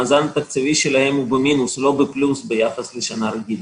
הוא במינוס ולא בפלוס ביחס לשנה רגילה.